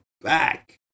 back